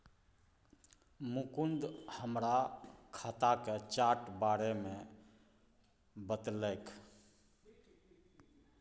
मुकुंद हमरा खाताक चार्ट बारे मे बतेलक